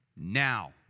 now